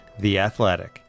theathletic